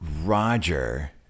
Roger